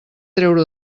treure